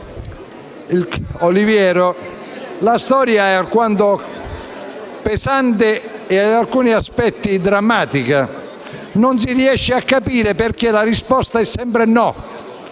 il vice ministro Olivero, è alquanto pesante e per alcuni aspetti drammatica. Non si riesce a capire perché la risposta è sempre no.